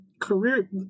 career